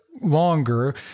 longer